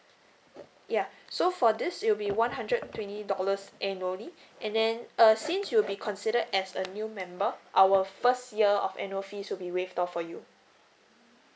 yeah so for this it will be one hundred twenty dollars annually and then uh since you'll be considered as a new member our first year of annual fees will be waived off for you